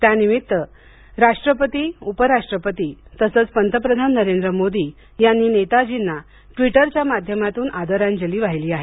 त्यानिमित्त राष्ट्रपती उपराष्ट्रपती तसेच पंतप्रधान नरेंद्र मोदी यांनी नेताजींना ट्विटरच्या माध्यमातून आदरांजली वाहिली आहे